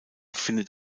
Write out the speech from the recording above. findet